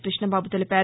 కృష్ణబాబు తెలిపారు